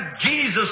Jesus